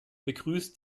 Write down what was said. begrüßt